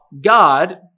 god